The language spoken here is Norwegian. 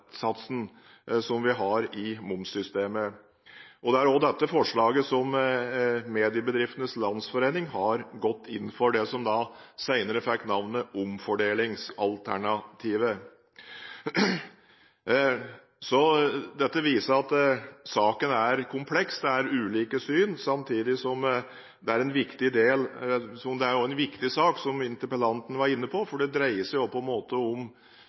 momssystemet. Det er også dette forslaget – det som senere fikk navnet omfordelingsalternativet – som Mediebedriftenes Landsforening har gått inn for. Dette viser at saken er kompleks. Det er ulike syn. Samtidig er det en viktig sak, som interpellanten var inne på, for det dreier seg